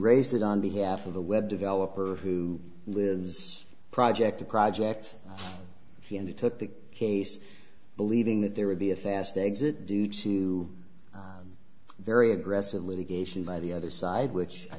raised it on behalf of a web developer who lives project projects and it took the case believing that there would be a fast exit due to very aggressive litigation by the other side which i